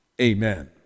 Amen